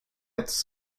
its